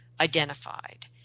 identified